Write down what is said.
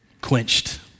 quenched